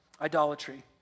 idolatry